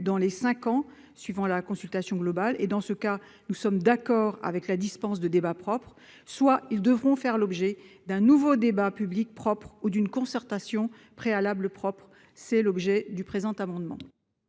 dans les cinq ans suivant la consultation globale, auquel cas nous sommes d'accord avec la dispense de débat propre, soit ils devront faire l'objet d'un nouveau débat public propre ou d'une concertation préalable propre. L'amendement